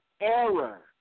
error